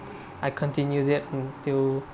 I continue use it to